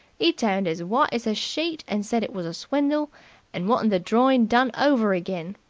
e turned as white as a sheet and said it was a swindle and wanted the drawin done over again,